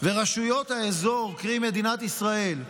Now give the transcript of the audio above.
ורשויות האזור, קרי, מדינת ישראל,